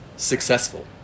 Successful